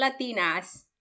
latinas